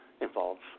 involves